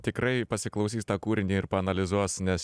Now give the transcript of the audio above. tikrai pasiklausys tą kūrinį ir paanalizuos nes